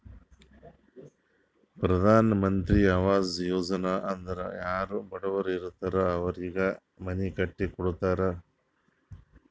ಪ್ರಧಾನ್ ಮಂತ್ರಿ ಆವಾಸ್ ಯೋಜನಾ ಅಂದುರ್ ಯಾರೂ ಬಡುರ್ ಇರ್ತಾರ್ ಅವ್ರಿಗ ಮನಿ ಕಟ್ಟಿ ಕೊಡ್ತಾರ್